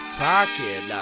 pocket